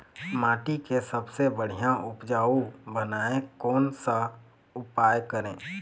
माटी के सबसे बढ़िया उपजाऊ बनाए कोन सा उपाय करें?